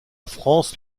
france